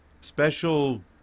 special